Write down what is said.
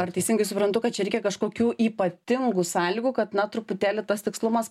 ar teisingai suprantu kad čia reikia kažkokių ypatingų sąlygų kad na truputėlį tas tikslumas